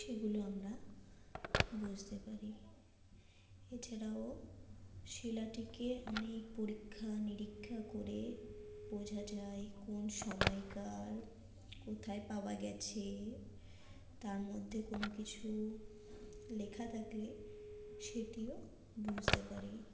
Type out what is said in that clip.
সেগুলো আমরা বুঝতে পারি এছাড়াও শিলাটিকে অনেক পরীক্ষা নিরীক্ষা করে বোঝা যায় কোন সময়কার কোথায় পাওয়া গেছে তার মধ্যে কোন কিছু লেখা থাকলে সেটিও বুঝতে পারি